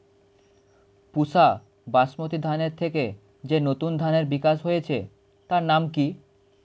পুসা বাসমতি ধানের থেকে যে নতুন ধানের বিকাশ হয়েছে তার নাম কি?